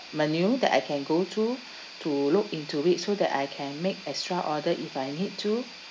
menu that I can go through to look into it so that I can make extra order if I need to